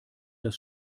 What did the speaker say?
das